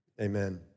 amen